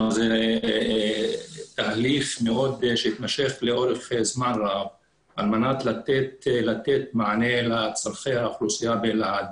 זה תהליך שהתמשך לאורך זמן רב על מנת לתת מענה לצרכי האוכלוסייה באלעד,